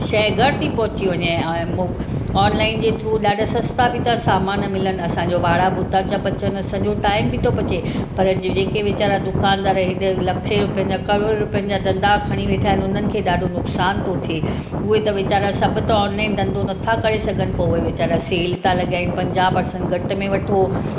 शइ घर थी पहुची वञे ए आ मु ऑनलाइन जे थ्रू ॾाढा सस्ता बि था सामान मिलनि असांजो भाड़ा भुता बि त ॿचनि सॼो टाइम बि थो बचे पर जे जेके वेचारा दुकानदार एॾे लखे रुपियनि जां करोड़ो रुपियनि जां धंधा खड़ी वेठा आहिनि हुनिन खे ॾाढो नुक़सान थो थिए उहे त वेचारा सभ त ऑनलाइन धंधो नथां करे सघनि पोइ उहे वेचारा सेल था लॻाइनि पंजाहु परसेंट घटि में वठो